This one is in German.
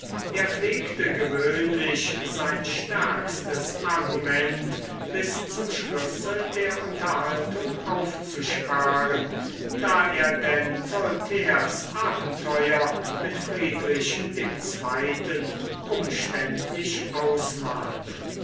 er pflegte gewöhnlich sein stärkstes argument bis zum schlusse der unterhaltung aufzusparen da er denn voltaires abenteuer mit friedrich dem zweiten umständlich ausmalte